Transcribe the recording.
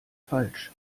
falsch